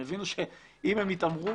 הם הבינו שאם הם יתעמרו,